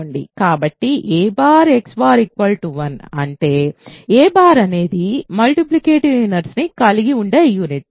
కాబట్టి a x 1 అంటే a అనేది మల్టిప్లికేటివ్ ఇన్వర్స్ ని కలిగి ఉండే యూనిట్